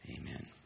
Amen